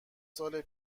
سال